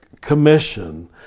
commission